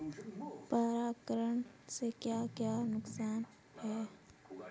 परागण से क्या क्या नुकसान हैं?